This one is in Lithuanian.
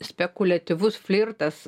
spekuliatyvus flirtas